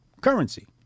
currency